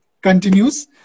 continues